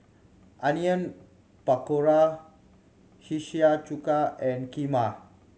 Onion Pakora Hiyashi Chuka and Kheema